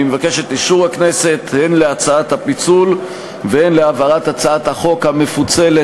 אני מבקש את אישור הכנסת הן להצעת הפיצול והן להעברת הצעת החוק המפוצלת,